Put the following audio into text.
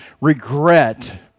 regret